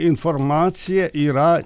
informacija yra